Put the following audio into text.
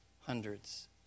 hundreds